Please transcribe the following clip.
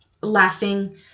lasting